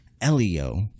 elio